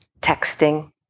texting